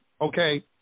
Okay